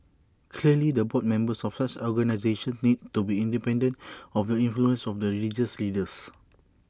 clearly the board members of such organisations need to be independent of the influence of the religious leaders